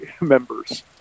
members